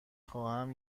خواهم